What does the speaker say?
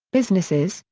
businesses,